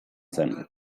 zen